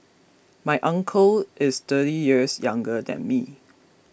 my uncle is thirty years younger than me